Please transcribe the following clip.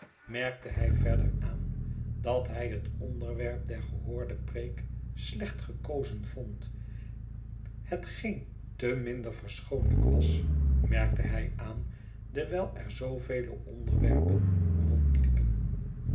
merkte hij verder aan dat hij het onderwerp der gehoorde preek slecht gekozen vond hetgeen te minder verschoonlijk was merkte hij aan dewijl er zoovele onderwerpen rondliepen